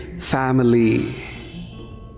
Family